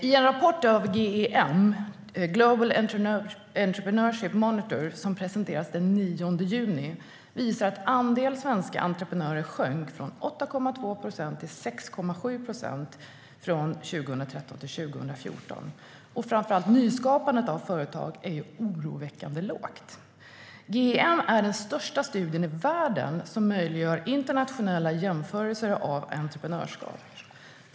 I en rapport av GEM, Global Entrepreneurship Monitor, som presenterades den 9 juni, visas att andelen svenska entreprenörer sjönk från 8,2 procent till 6,7 procent från 2013 till 2014. Framför allt nyskapandet av företag är oroväckande lågt. GEM är den största studien i världen som möjliggör internationella jämförelser av entreprenörskap.